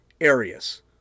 areas